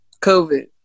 COVID